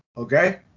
Okay